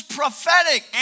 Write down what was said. prophetic